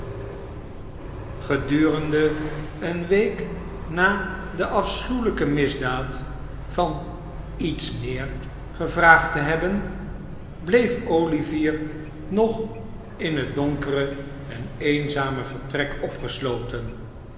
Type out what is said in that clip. gedurende eene week na de afschuwelijke misdaad van iets meer gevraagd te hebben bleef olivier nog in het donkere en eenzame vertrek opgesloten